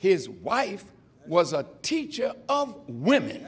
his wife was a teacher of women